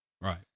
Right